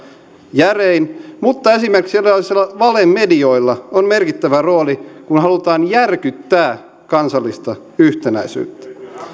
järein mutta esimerkiksi erilaisilla valemedioilla on merkittävä rooli kun halutaan järkyttää kansallista yhtenäisyyttä